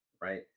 right